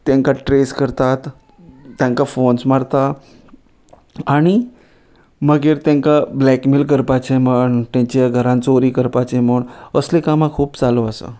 तेंका ट्रेस करतात तेंकां फोन्स मारता आनी मागीर तेंका ब्लॅकमेल करपाचे म्हण तेंच्या घरान चोरी करपाचे म्हण असले कामां खूब चालू आसा